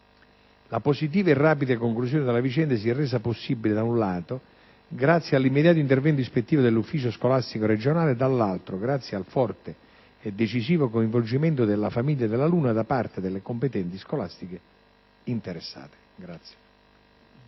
La positiva e rapida conclusione della vicenda si è resa possibile, da un lato, grazie all'immediato intervento ispettivo dell'ufficio scolastico regionale e, dall'altro, grazie al forte e deciso coinvolgimento della famiglia dell'alunna da parte delle componenti scolastiche interessate.